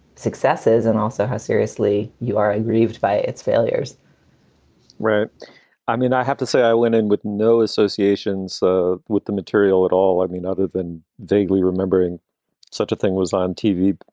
successes, and also how seriously you are aggrieved by its failures i mean, i have to say, i went in with no associations so with the material at all. i mean, other than vaguely remembering such a thing was on tv,